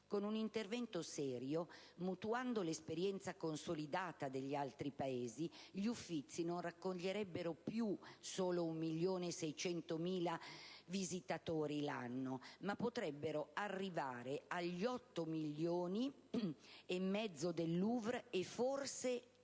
Con un intervento serio, mutuando l'esperienza consolidata degli altri Paesi, gli Uffizi non raccoglierebbero più solo 1,6 milioni di visitatori l'anno, ma potrebbero arrivare agli 8,5 milioni del Louvre, o forse